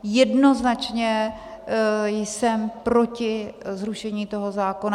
Jednoznačně jsem proti zrušení toho zákona.